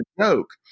joke